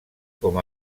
com